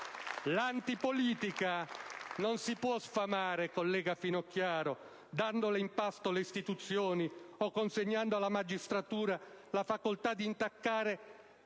L'antipolitica non si può sfamare, collega Finocchiaro, dandole in pasto le istituzioni o consegnando alla magistratura la facoltà di intaccare